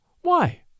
Why